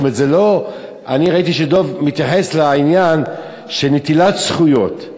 אני ראיתי שדב מתייחס לעניין של נטילת זכויות.